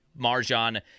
Marjan